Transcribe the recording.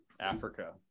Africa